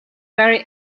very